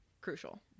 crucial